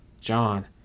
John